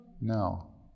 No